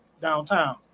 downtown